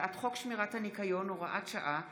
הצעת חוק שמירת הניקיון (הוראת שעה,